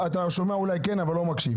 אתה אולי שומע אבל אתה לא מקשיב.